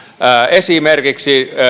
esimerkiksi